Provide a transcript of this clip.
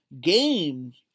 games